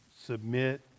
submit